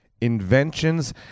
inventions